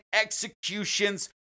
executions